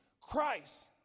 Christ